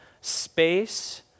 space